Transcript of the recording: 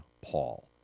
Paul